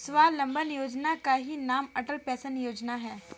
स्वावलंबन योजना का ही नाम अटल पेंशन योजना है